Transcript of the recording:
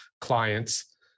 clients